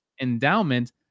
endowment